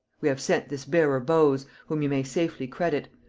we have sent this bearer bowes, whom you may safely credit,